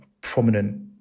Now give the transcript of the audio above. prominent